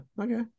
okay